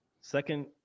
second